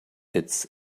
its